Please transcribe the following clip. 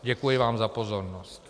Děkuji vám za pozornost.